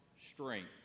strength